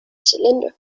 cylinder